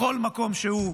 בכל מקום שהוא,